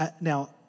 Now